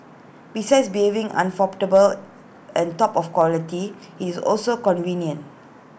besides affordable and top of quality is also convenient